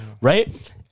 right